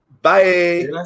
Bye